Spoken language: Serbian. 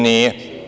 Nije.